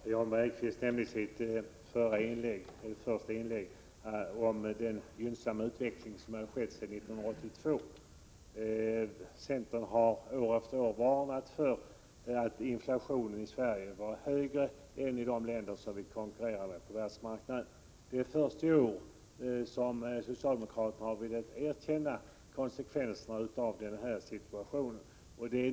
Herr talman! Jan Bergqvist hänvisade i sitt första inlägg till den gynnsamma utveckling som hade skett sedan 1982. Centern har år efter år varnat för att inflationen i Sverige har varit högre än i de länder som vi konkurrerar med på världsmarknaden. Det är först i år som socialdemokraterna har velat erkänna konsekvenserna av den situationen.